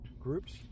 groups